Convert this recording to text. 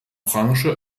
branche